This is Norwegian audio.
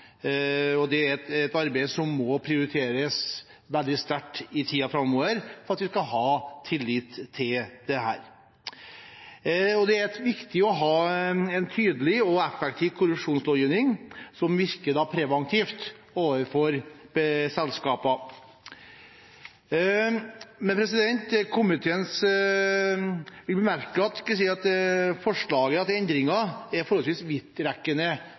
Det er et arbeid som må prioriteres veldig sterkt i tiden framover, for at vi skal ha tillit til dem. Det er viktig å ha en tydelig og effektiv korrupsjonslovgivning som virker preventivt overfor selskapene. Men komiteen vil bemerke at forslaget til endring er forholdsvis vidtrekkende, ut fra det som forslagsstillerne har foreslått, og at en bør ha mulighet til